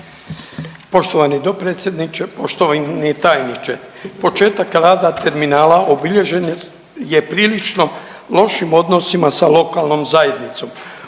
Poštovani dopredsjedniče, poštovani tajniče, početak rada terminala obilježen je prilično lošim odnosima sa lokalnom zajednicom.